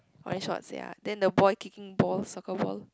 wear short ya then the boy kicking ball soccer ball